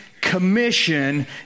commission